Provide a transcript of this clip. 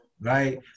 right